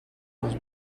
was